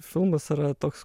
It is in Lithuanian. filmas yra toks